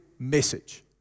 message